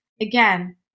again